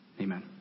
Amen